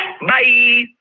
Bye